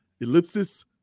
Ellipsis